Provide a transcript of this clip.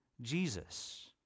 Jesus